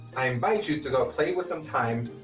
i invite you to go play with some time,